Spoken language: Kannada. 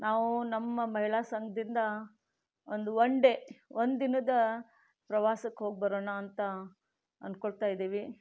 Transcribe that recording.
ನಾವು ನಮ್ಮ ಮಹಿಳಾ ಸಂಘದಿಂದ ಒಂದು ಒನ್ ಡೇ ಒಂದು ದಿನದ ಪ್ರವಾಸಕ್ಕೆ ಹೋಗ್ಬರೋಣ ಅಂತ ಅನ್ಕೊಳ್ತಾಯಿದ್ದೀವಿ